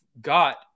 got